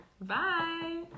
Bye